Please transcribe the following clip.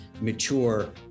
mature